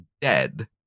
dead